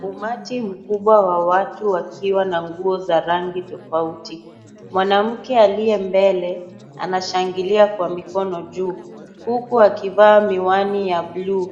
Umati mkubwa wa watu wakiwa na nguo za rangi tofauti. Mwanamke aliye mbele anashangilia kwa mikono juu huku akivaa miwani ya buluu.